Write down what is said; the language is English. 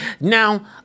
Now